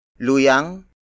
Luyang